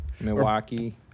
Milwaukee